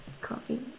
Coffee